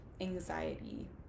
anxiety